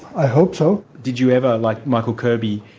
i hope so. did you ever, like michael kirby,